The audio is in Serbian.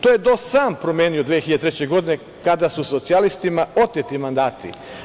To je DOS sam promenio 2003. godine kada su socijalistima oteti mandati.